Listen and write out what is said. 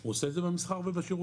הוא עושה את זה במסחר ובשירותים,